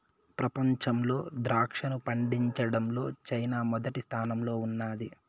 ప్రపంచంలో ద్రాక్షను పండించడంలో చైనా మొదటి స్థానంలో ఉన్నాది